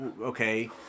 okay